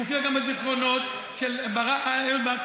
זה גם מופיע בזיכרונות של אהוד ברק.